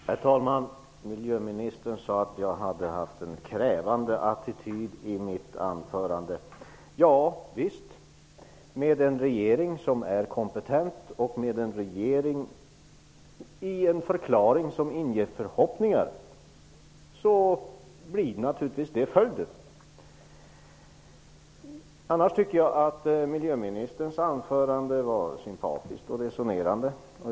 Herr talman! Miljöministern sade att jag hade haft en krävande attityd i mitt anförande. Ja, visst -- med en regering som är kompetent och med en förklaring som inger förhoppningar blir det naturligtvis följden. Miljöministerns anförande var annars sympatiskt och resonerande.